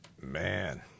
Man